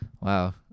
Wow